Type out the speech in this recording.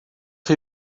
chi